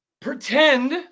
pretend